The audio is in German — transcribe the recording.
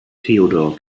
theodor